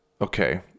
Okay